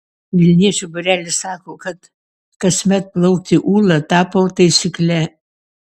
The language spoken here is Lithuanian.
vilniečių būrelis sako kad kasmet plaukti ūla tapo taisykle